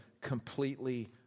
completely